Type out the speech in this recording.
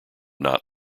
not